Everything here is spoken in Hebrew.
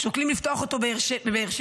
שוקלים לפתוח אותו בבאר שבע.